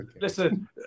Listen